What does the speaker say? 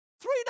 Three